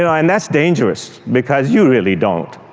you know and that's dangerous, because you really don't.